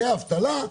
היה אבטלה,